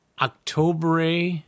October